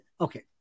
Okay